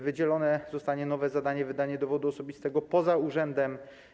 Wydzielone zostanie nowe zadanie: wydanie dowodu osobistego poza urzędem.